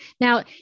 Now